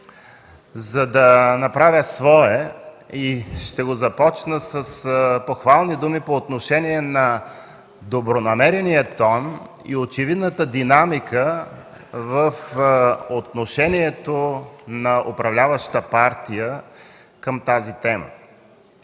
за да направя свое и ще го започна с похвални думи по отношение на добронамерения тон и очевидната динамика в отношението на управляващата партия към тази тема.